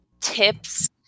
tips